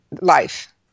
life